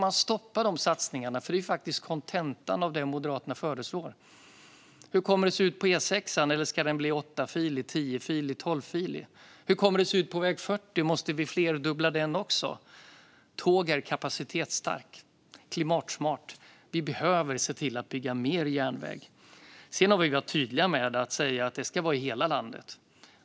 Att dessa satsningar stoppas är faktiskt kontentan av det som Moderaterna föreslår. Hur kommer det att se ut på E6:an? Ska den bli åttafilig, tiofilig eller tolvfilig? Hur kommer det att se ut på väg 40 - måste vi flerdubbla den också? Tåg är kapacitetsstarkt och klimatsmart. Vi behöver se till att det byggs mer järnväg. Sedan har vi varit tydliga med att det ska ske i hela landet.